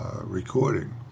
recording